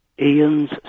Ian's